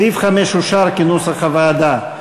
סעיף 5 אושר כנוסח הוועדה.